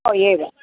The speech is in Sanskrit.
ओ एव